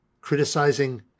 criticizing